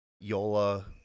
Yola